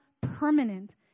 permanent